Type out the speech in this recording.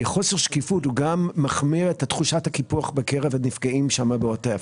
חוסר שקיפות זה גם מחמיר את תחושת הקיפוח בקרב הנפגעים שם בעוטף.